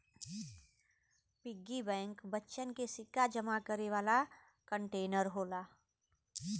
piggy bank बच्चन के सिक्का जमा करे वाला कंटेनर होला